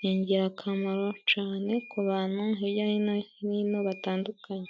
Ni ingirakamaro cane ku bantu hirya no hino batandukanye.